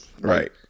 Right